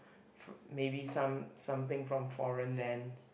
maybe some something from foreign lands